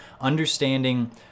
understanding